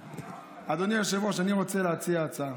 אדוני היושב-ראש, אני רוצה להציע הצעה.